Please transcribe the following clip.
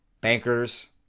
bankers